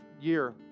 year